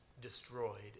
destroyed